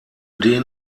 den